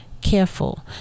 careful